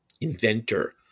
inventor